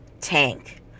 tank